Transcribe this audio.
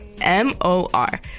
M-O-R